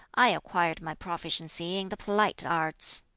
i acquired my proficiency in the polite arts